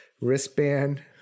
wristband